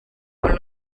con